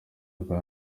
rwa